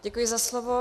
Děkuji za slovo.